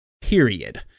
Period